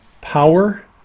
power